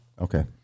Okay